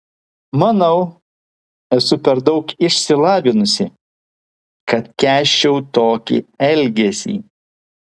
manau esu per daug išsilavinusi kad kęsčiau tokį elgesį